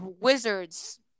Wizards